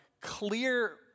clear